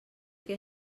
que